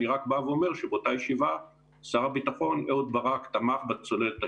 אני רק בא ואומר שבאותה ישיבה שר הביטחון אהוד ברק תמך בצוללת השישית.